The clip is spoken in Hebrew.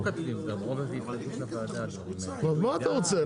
לא כותבים --- אז מה אתה רוצה,